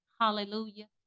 Hallelujah